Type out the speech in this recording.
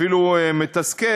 אפילו מתסכל,